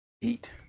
Eat